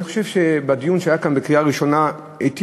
אני חושב שבדיון שהיה כאן לקראת קריאה ראשונה היטיבו,